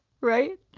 right